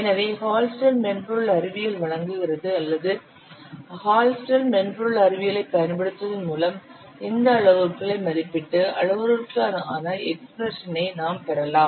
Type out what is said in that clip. எனவே ஹால்ஸ்டெட் மென்பொருள் அறிவியல் வழங்குகிறது அல்லது ஹால்ஸ்டெட் மென்பொருள் அறிவியலைப் பயன்படுத்துவதன் மூலம் இந்த அளவுருக்களை மதிப்பிட்டு அளவுருக்களுக்கான எக்ஸ்பிரஷனை நாம் பெறலாம்